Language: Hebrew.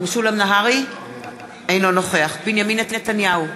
אינו נוכח בנימין נתניהו,